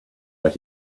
but